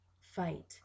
fight